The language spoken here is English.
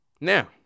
Now